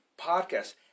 podcast